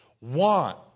want